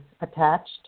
Attached